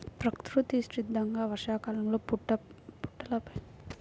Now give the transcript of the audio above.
ప్రకృతి సిద్ధంగా వర్షాకాలంలో పుట్టలపైన మొలిచే పుట్టగొడుగులు చాలా రుచికరంగా ఉంటాయి